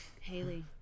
Haley